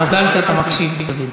מזל שאתה מקשיב, דוד.